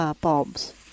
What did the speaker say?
bulbs